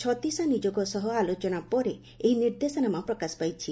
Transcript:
ଛତିଶା ନିଯୋଗ ସହ ଆଲୋଚନା ପରେ ଏପରି ନିର୍ଦ୍ଦେଶନାମା ପ୍ରକାଶ ପାଇଛି